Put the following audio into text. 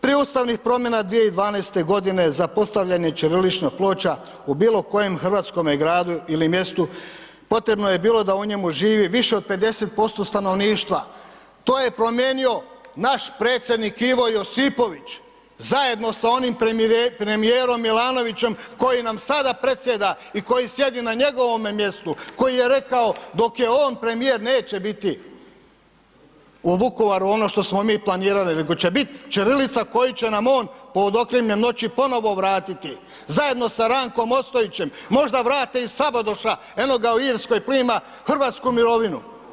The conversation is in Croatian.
Prije ustavnih promjena 2012.g. za postavljanje ćiriličnih ploča u bilo kojem hrvatskome gradu ili mjestu potrebno je bilo da u njemu živi više od 50% stanovništva, to je promijenio naš predsjednik Ivo Josipović zajedno sa onim premijerom Milanovićem koji nam sada predsjeda i koji sjedi na njegovome mjestu, koji je rekao dok je on premijer neće biti u Vukovaru ono što smo mi planirali nego će bit ćirilica koju će nam on pod okriljem noći ponovo vratiti zajedno sa Rankom Ostojićem, možda vrate i Sabodoša, eno ga u Irskoj prima hrvatsku mirovinu.